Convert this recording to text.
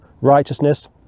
righteousness